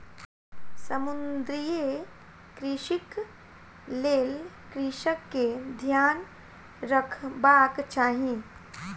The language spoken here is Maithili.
समुद्रीय कृषिक लेल कृषक के ध्यान रखबाक चाही